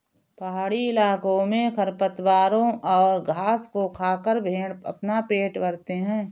पहाड़ी इलाकों में खरपतवारों और घास को खाकर भेंड़ अपना पेट भरते हैं